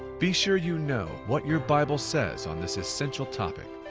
be sure you know what your bible says on this essential topic.